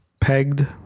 Pegged